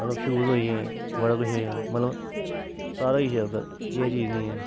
मतलब शूज़ होई गे बड़ा कुछ होई गेआ मतलब सारा ई किश ऐ उद्धर केह् चीज़ नीं ऐ